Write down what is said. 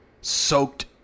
soaked